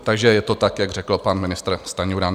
Takže je to tak, jak řekl pan ministr Stanjura.